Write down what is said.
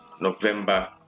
November